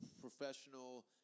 professional